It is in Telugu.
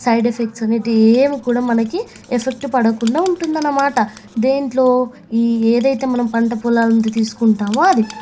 సైడ్ ఎఫెక్ట్స్ అనేవి ఏమి కూడా మనకి ఎఫెక్ట్ పడకుండా ఉంటుంది అన్నమాట దేంట్లో ఈ ఏదైతే మనం పంట పొలాలను తీసుకుంటామో అది